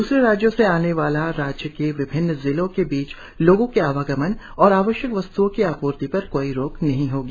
दूसरे राज्यों से आने वाले या राज्य के विभिन्न जिलों के बीच लोगों के आवागमन और आवश्यक वस्त्ओं की आपूर्ति पर कोई रोक नहीं होगी